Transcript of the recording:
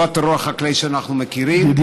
לא הטרור החקלאי שאנחנו מכירים בתוך מדינת ישראל,